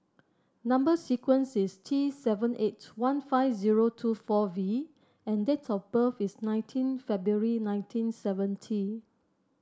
number sequence is T seven eight one five zero two four V and date of birth is nineteen February nineteen seventy